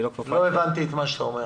היא לא כפופה --- לא הבנתי את מה שאתה אומר.